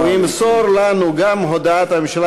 לאחר מכן הוא ימסור לנו גם את הודעת הממשלה